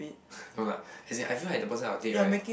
no lah as in I feel like the person I will date right